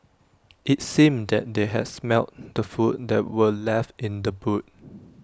IT seemed that they had smelt the food that were left in the boot